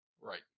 Right